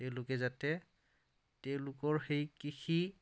তেওঁলোকে যাতে তেওঁলোকৰ সেই কৃষি